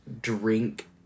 drink